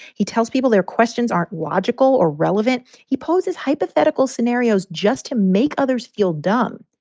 he tells people their questions aren't logical or relevant. he poses hypothetical scenarios just to make others feel dumb.